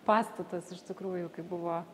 pastatas iš tikrųjų kaip buvo